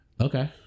Okay